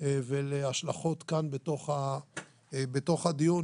ולהשלכות כאן בתוך הדיון,